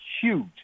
huge